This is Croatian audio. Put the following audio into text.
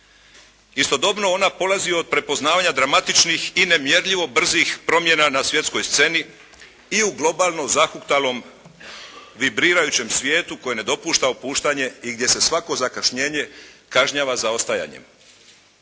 Istodobno, ona polazi od prepoznavanja dramatičnih i nemjerljivo brzih promjena na svjetskoj sceni i u globalno zahuktalom vibrirajućem svijetu koji ne dopušta opuštanje i gdje se svako zakašnjenje kažnjava zaostajanjem.